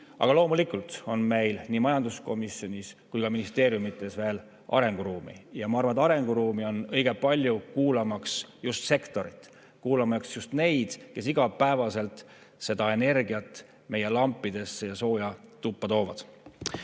aga loomulikult on meil nii majanduskomisjonis kui ka ministeeriumides veel arenguruumi. Ma arvan, et arenguruumi on õige palju just sektori kuulamises, kuulamaks neid, kes igapäevaselt energiat meie lampidesse ja sooja tuppa toovad. Tänase